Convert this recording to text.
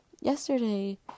Yesterday